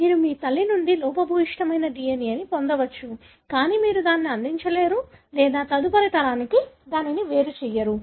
మీరు మీ తల్లి నుండి లోపభూయిష్ట DNA ను పొందవచ్చు కానీ మీరు దానిని అందించరు లేదా తదుపరి తరానికి దానిని వేరు చేయరు